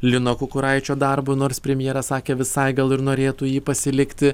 lino kukuraičio darbu nors premjeras sakė visai gal ir norėtų jį pasilikti